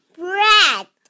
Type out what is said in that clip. bread